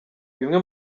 bimwe